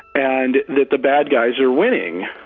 and that the bad guys are winning.